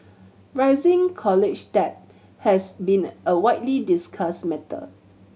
rising college debt has been a widely discussed matter